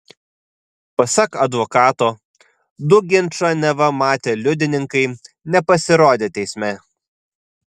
pasak advokato du ginčą neva matę liudininkai nepasirodė teisme